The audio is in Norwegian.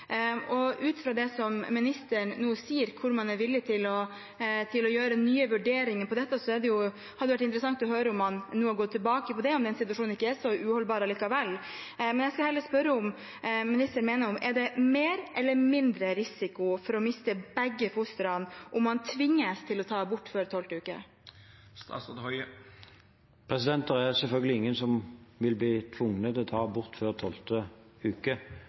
Ut fra det som helseministeren nå sier, at man er villig til å gjøre nye vurderinger av dette, hadde det vært interessant å høre om han nå går tilbake på det – at situasjonen ikke er så uholdbar likevel. Men jeg skal heller spørre om statsråden mener det er større eller mindre risiko for å miste begge fostrene om man tvinges til å ta abort før tolvte uke. Det er selvfølgelig ingen som vil bli tvunget til å ta abort før tolvte uke.